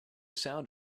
sound